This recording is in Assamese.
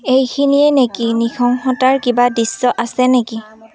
এইখিনিয়ে নেকি নৃশংসতাৰ কিবা দৃশ্য আছে নেকি